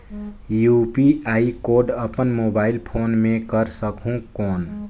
UPI code अपन mobile phone मे कर सकहुं कौन?